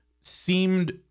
seemed